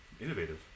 innovative